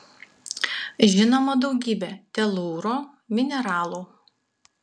žinoma daugybė telūro mineralų